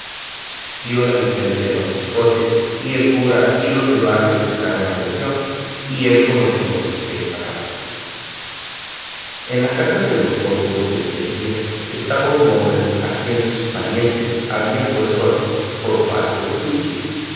dio la licencia don quijote y el cura y los demás le prestaron atención y él comenzó desta manera en la casa de los locos de sevilla estaba un hombre a quien sus parientes habían puesto allí por falto de juicio